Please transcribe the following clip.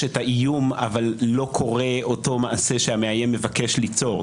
את האיום אבל לא קורה אותו מעשה שהמאיים מבקש ליצור,